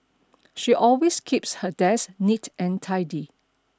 she always keeps her desk neat and tidy